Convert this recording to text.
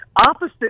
opposite